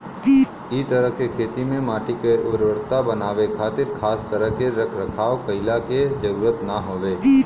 इ तरह के खेती में माटी के उर्वरता बनावे खातिर खास तरह के रख रखाव कईला के जरुरत ना हवे